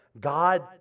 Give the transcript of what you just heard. God